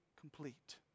complete